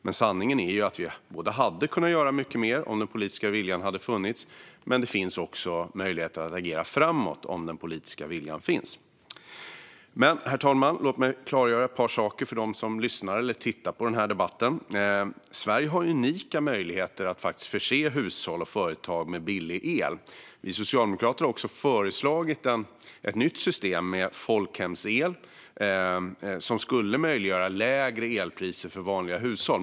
Men sanningen är att vi hade kunnat göra mycket mer om den politiska viljan hade funnits, och det finns också möjligheter att agera framåt om den politiska viljan finns. Herr talman! Låt mig klargöra ett par saker för dem som lyssnar eller tittar på debatten. Sverige har unika möjligheter att förse hushåll och företag med billig el. Vi socialdemokrater har föreslagit ett nytt system med folkhemsel, som skulle möjliggöra lägre elpriser för vanliga hushåll.